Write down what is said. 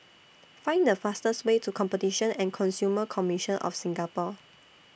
Find The fastest Way to Competition and Consumer Commission of Singapore